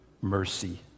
mercy